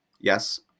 Yes